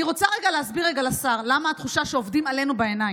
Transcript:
אני רוצה להסביר רגע לשר למה התחושה היא שעובדים עלינו בעיניים: